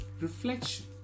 Reflection